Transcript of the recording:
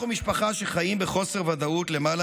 אנחנו משפחה שחיה בחוסר ודאות למעלה